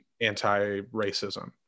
anti-racism